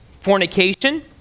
fornication